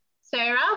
Sarah